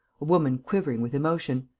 a woman quivering with emotion.